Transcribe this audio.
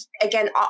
again